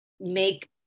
make